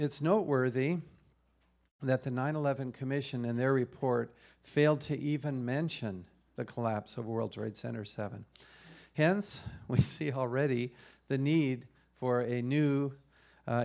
it's noteworthy that the nine eleven commission and their report failed to even mention the collapse of world trade center seven hence we see how already the need for a new